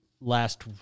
last